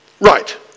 Right